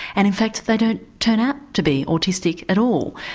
and in fact they don't turn out to be autistic at all.